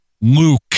Luke